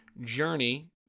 journey